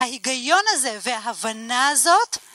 ההיגיון הזה וההבנה הזאת